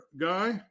guy